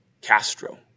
Castro